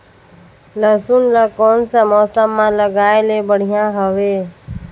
लसुन ला कोन सा मौसम मां लगाय ले बढ़िया हवे?